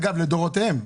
אגב, לדורותיהם.